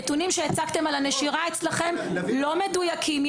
הנתונים שהצגתם מצאליכם על הנשירה הם לא מדויקים,